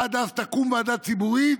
עד אז תקום ועדה ציבורית,